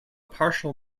partial